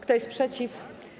Kto jest przeciw?